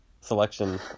selection